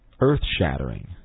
earth-shattering